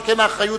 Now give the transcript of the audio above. שכן האחריות